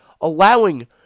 allowing